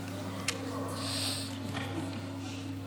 ביקשו